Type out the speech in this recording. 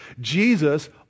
Jesus